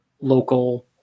local